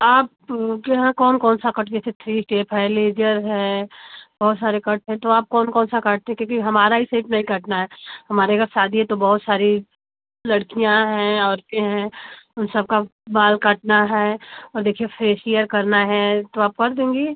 आप के यहाँ कौन कौन सा कट जैसे थ्री टेप है लेजर है बहुत सारे कट हैं तो आप कौन कौन सा काटती हैं क्योंकि हमारा ये सेप नहीं काटना है हमारे घर शादी है तो बहुत सारी लड़कियाँ हैं औरते हैं उन सबका बाल काटना है और देखिए फेसियल करना है तो आप कर देंगी